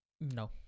No